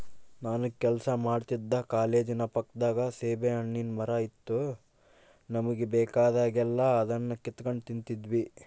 ನಾನು ಕೆಲಸ ಮಾಡ್ತಿದ್ದ ಕಾಲೇಜಿನ ಪಕ್ಕದಾಗ ಸೀಬೆಹಣ್ಣಿನ್ ಮರ ಇತ್ತು ನಮುಗೆ ಬೇಕಾದಾಗೆಲ್ಲ ಅದುನ್ನ ಕಿತಿಗೆಂಡ್ ತಿಂತಿದ್ವಿ